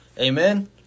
Amen